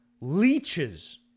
leeches